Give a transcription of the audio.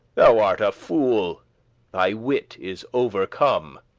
thou art a fool thy wit is overcome.